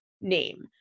name